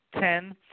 Ten